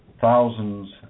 thousands